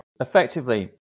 effectively